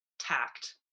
tact